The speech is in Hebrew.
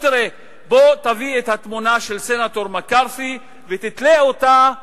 תביא את התמונה של סנטור מקארתי ותתלה אותה מאחורינו,